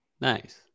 Nice